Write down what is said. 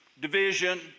division